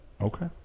okay